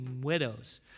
widows